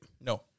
No